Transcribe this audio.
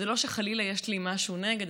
זה לא שחלילה יש לי משהו נגד,